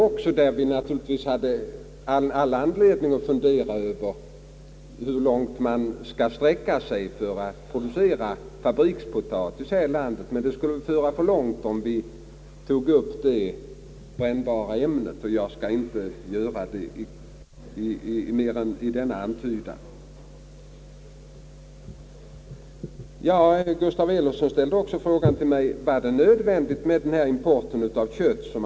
Vi hade naturligtvis all anledning att fundera över hur långt man skulle sträcka sig för att producera fabrikspotatis här i landet. Det skulle emellertid föra alltför långt att dra upp detta ämne, och jag skall inte göra det mera än i denna antydan. Herr Gustaf Elofsson ställde också en fråga till mig, huruvida den import av kött som man talar om verkligen var nödvändig.